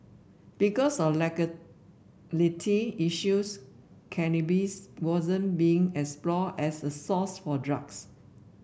because of legality issues cannabis wasn't being explored as a source for drugs